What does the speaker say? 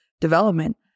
development